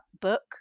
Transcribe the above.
book